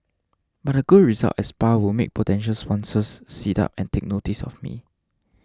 but a good result at spa will make potential sponsors sit up and take notice of me